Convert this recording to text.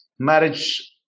marriage